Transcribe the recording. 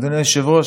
אדוני היושב-ראש,